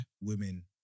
women